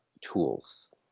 tools